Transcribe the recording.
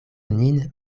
nin